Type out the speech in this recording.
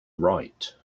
right